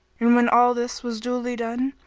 and when all this was duly done,